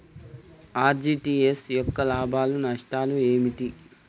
RTGS యొక్క లాభాలు నష్టాలు ఏమిటి?